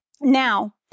Now